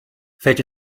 fällt